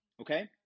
okay